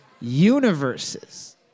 Universes